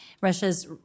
Russia's